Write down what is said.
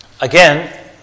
again